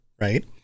right